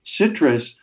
Citrus